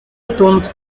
itunes